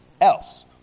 else